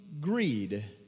greed